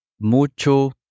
Mucho